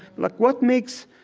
like what makes,